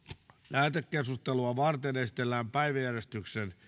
lähetekeskustelua varten esitellään päiväjärjestyksen